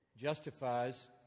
justifies